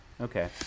Okay